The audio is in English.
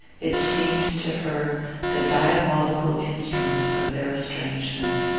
it seemed to her the diabolical instrument of their estrangement.